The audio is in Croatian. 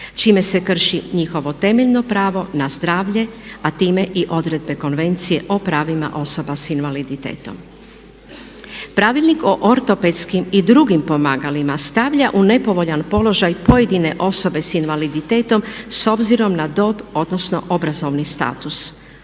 čime se krši njihovo temeljno pravo na zdravlje, a time i odredbe Konvencije o pravima osoba sa invaliditetom. Pravilnik o ortopedskim i drugim pomagalima stavlja u nepovoljan položaj pojedine osobe sa invaliditetom s obzirom na dob, odnosno obrazovni status.